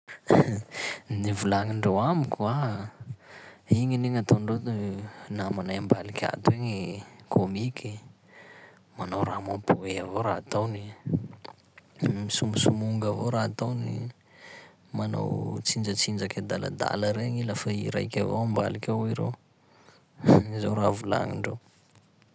Nivolagnindreo amiko an, igny ane gn'ataondreo namanay ambaliky ato igny comique, manao raha mampomoehy avao raha ataony, m- misomosomonga avao raha ataony, manao tsinjatsinjaky adaladala regny lafa i raiky avao ambaliky ao hoy ireo zao raha volagnindreo.